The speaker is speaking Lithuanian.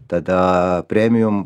tada premium